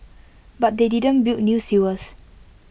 but they didn't build new sewers